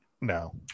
No